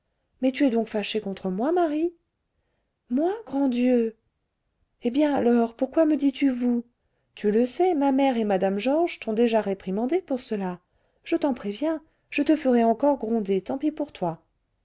mais tu es donc fâchée contre moi marie moi grand dieu eh bien alors pourquoi me dis-tu vous tu le sais ma mère et mme georges t'ont déjà réprimandée pour cela je t'en préviens je te ferai encore gronder tant pis pour toi